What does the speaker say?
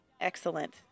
Excellent